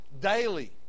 daily